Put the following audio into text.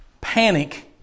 panic